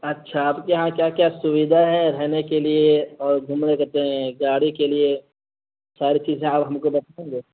اچھا آپ کے یہاں کیا کیا سویدھا ہے رہنے کے لیے اور گھومنے کہ تئیں گاڑی کے لیے ساری چیزیں آپ ہم کو بتائیں گے